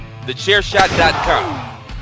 TheChairShot.com